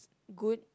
good